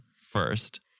first